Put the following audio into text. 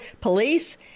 police